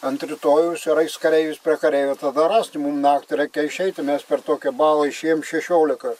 ant rytojaus ir ais kareivis prie kareivio tada ras tai mum naktį rai išeiti mes per tokią balą išėjom šešiolika